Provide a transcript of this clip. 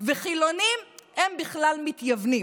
חילונים, הם בכלל מתייוונים.